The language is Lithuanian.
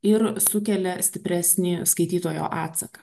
ir sukelia stipresnį skaitytojo atsaką